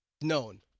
known